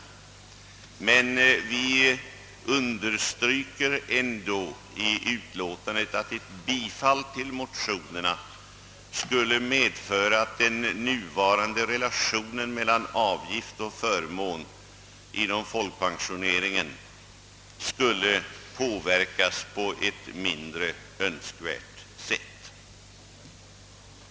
Men vi uderstryker ändå i utlåtandet, att ett bifall till motionerna skulle medföra att den nuvarande relationen mellan avgift och förmån inom folkpensioneringen skulle påverkas på ett mindre önskvärt sätt.